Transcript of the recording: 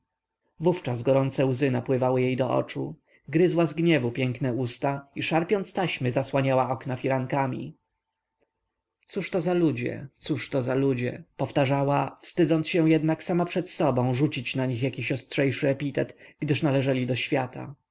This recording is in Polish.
wówczas gorące łzy napływały jej do oczu gryzła z gniewu piękne usta i szarpiąc taśmy zasłaniała okna firankami cóżto za ludzie cóżto za ludzie powtarzała wstydząc się jednak sama przed sobą rzucić na nich jakiś ostrzejszy epitet gdyż należeli do świata